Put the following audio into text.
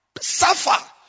Suffer